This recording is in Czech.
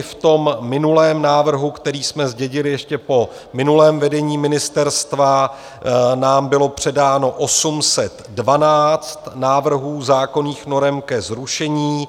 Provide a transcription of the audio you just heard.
V minulém návrhu, který jsme zdědili ještě po minulém vedení ministerstva, nám bylo předáno 812 návrhů zákonných norem ke zrušení.